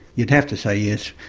you'd have to say yes.